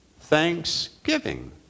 thanksgiving